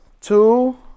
Two